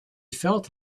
felt